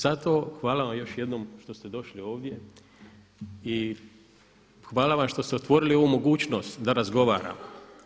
Zato hvala vam još jednom što ste došli ovdje i hvala vam što ste otvorili ovu mogućnost da razgovaramo.